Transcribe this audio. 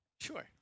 Sure